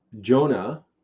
jonah